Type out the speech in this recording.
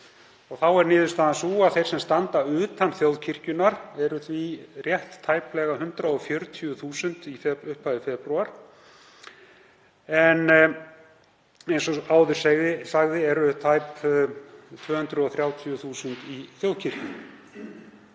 Þá er niðurstaðan sú að þeir sem standa utan þjóðkirkjunnar séu því rétt tæplega 40.000 í byrjun febrúar, en eins og áður sagði eru tæp 230.000 í þjóðkirkjunni.